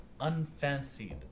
unfancied